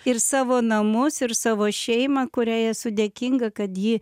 ir savo namus ir savo šeimą kuriai esu dėkinga kad ji